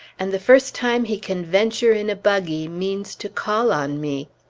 and the first time he can venture in a buggy, means to call on me.